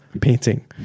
painting